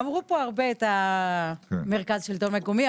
ציינו פה הרבה את מרכז השלטון המקומי.